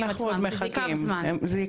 זה ייקח זמן.